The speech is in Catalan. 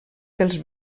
pels